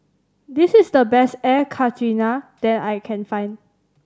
this is the best Air Karthira that I can find